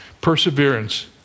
Perseverance